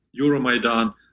Euromaidan